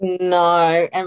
No